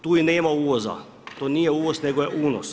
Tu i nema uvoza, to nije uvoz, nego je unos.